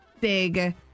big